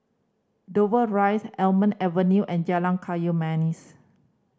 Dover Drive Almond Avenue and Jalan Kayu Manis